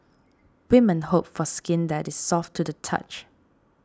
women hope for skin that is soft to the touch